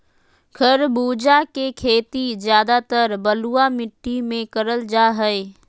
खरबूजा के खेती ज्यादातर बलुआ मिट्टी मे करल जा हय